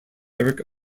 eric